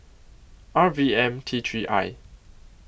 R V M T three I